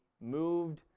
moved